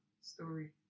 Story